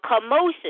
commotion